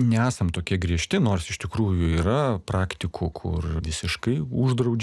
nesam tokie griežti nors iš tikrųjų yra praktikų kur visiškai uždraudžia